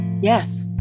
yes